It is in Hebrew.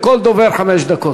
לכל דובר חמש דקות.